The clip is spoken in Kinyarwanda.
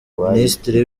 minisitiri